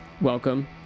Welcome